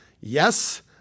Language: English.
yes